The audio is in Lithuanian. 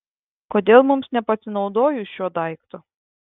kodėl mums nepasinaudojus šiuo daiktu